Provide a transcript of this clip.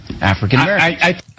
African-Americans